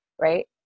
right